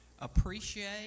appreciate